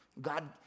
God